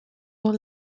dans